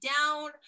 down